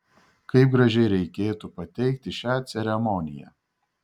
kaip gražiai reikėtų pateikti šią ceremoniją